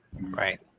Right